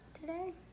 today